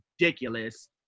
ridiculous